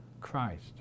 Christ